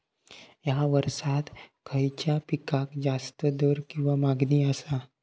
हया वर्सात खइच्या पिकाक जास्त दर किंवा मागणी आसा?